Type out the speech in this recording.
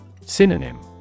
Synonym